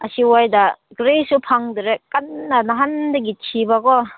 ꯑꯁ꯭ꯋꯥꯏꯗ ꯀꯔꯤꯁꯨ ꯐꯪꯗ꯭ꯔꯦ ꯀꯟꯅ ꯅꯍꯥꯟꯗꯒꯤ ꯊꯤꯕꯀꯣ